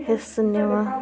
حِصہٕ نِوان